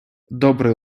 добрий